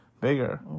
bigger